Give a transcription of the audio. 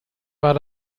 war